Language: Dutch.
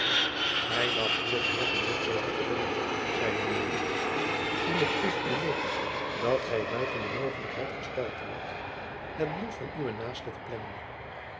gij dacht hier den heer van botbergen te vinden zeide de jesuit en het is u leed dat gij buiten de mogelijkheid gesteld wordt het bloed van uwen naasten te plengen